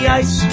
ice